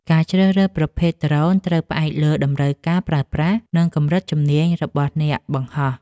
ការជ្រើសរើសប្រភេទដ្រូនត្រូវផ្អែកលើតម្រូវការប្រើប្រាស់ និងកម្រិតជំនាញរបស់អ្នកបង្ហោះ។